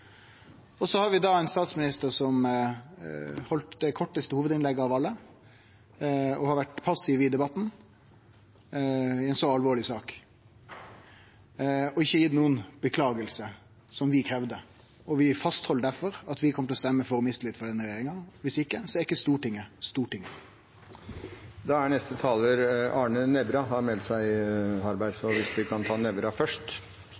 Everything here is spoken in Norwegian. sanninga. Så har vi ein statsminister som heldt det kortaste hovudinnlegget av alle, som har vore passiv i debatten – i ei så alvorleg sak – og som ikkje har gitt noko orsaking, som vi kravde. Vi held difor fast på at vi kjem til å stemme for mistillit til denne regjeringa – viss ikkje er ikkje Stortinget eit storting. Jeg er